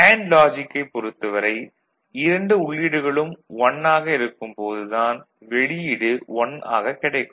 and லாஜிக்கைப் பொறுத்தவரை இரண்டு உள்ளீடுகளும் 1 ஆக இருக்கும் போது தான் வெளியீடு 1 ஆகக் கிடைக்கும்